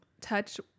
touch